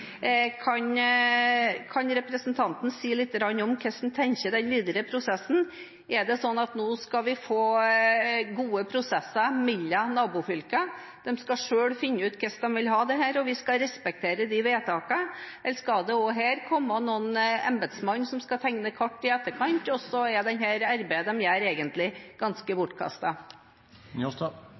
Kan representanten si lite grann om hvordan en tenker seg den videre prosessen? Er det sånn at nå skal vi få gode prosesser mellom nabofylker, at de selv skal finne ut hvordan de vil ha dette, og vi skal respektere vedtakene, eller skal det også her komme en embetsmann og tegne kart i etterkant, og så er arbeidet de gjør, egentlig ganske